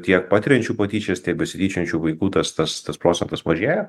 tiek patiriančių patyčias tiek besityčiojančių vaikų tas tas tas procentas mažėja